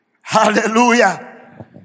Hallelujah